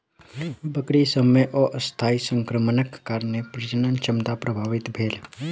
बकरी सभ मे अस्थायी संक्रमणक कारणेँ प्रजनन क्षमता प्रभावित भेल